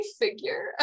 figure